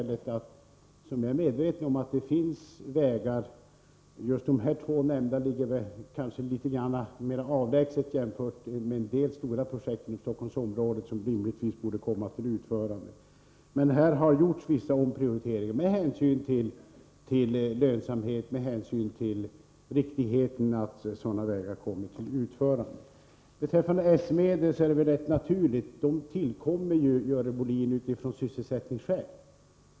De två här nämnda vägarna ligger kanske något mera avlägset jämfört med en del stora projekt i Stockholmsområdet som rimligtvis borde komma till utförande, men här har gjorts vissa omprioriteringar med hänsyn till lönsamhet och med hänsyn till behovet av att sådana vägar kommer till stånd. S-medlen har tillkommit, Görel Bohlin, av sysselsättningsskäl.